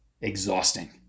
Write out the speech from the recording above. exhausting